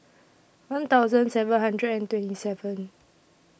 one thousand seven hundred and twenty seven